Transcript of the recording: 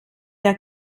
der